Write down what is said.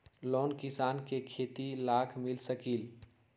Loan किसान के खेती लाख मिल सकील?